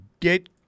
get